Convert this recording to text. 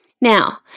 Now